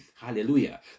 Hallelujah